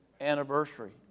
anniversary